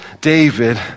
David